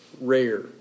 rare